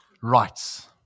Rights